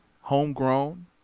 homegrown